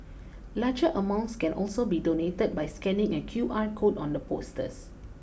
larger amounts can also be donated by scanning a Q R code on the posters